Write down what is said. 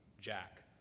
Jack